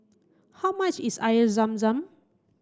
how much is Air Zam Zam